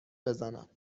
بزنم